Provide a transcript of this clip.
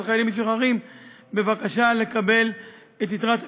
חיילים משוחררים בבקשה לקבל את יתרת הפיקדון.